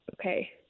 Okay